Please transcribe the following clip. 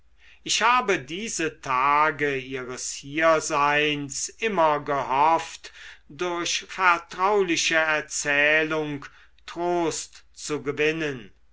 ich habe diese tage ihres hierseins immer gehofft durch vertrauliche erzählung trost zu gewinnen